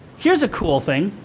here's a cool thing.